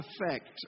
effect